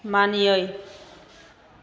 मानियै